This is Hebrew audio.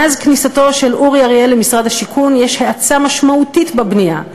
מאז כניסתו של אורי אריאל למשרד השיכון יש האצה משמעותית בבנייה: